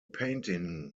painting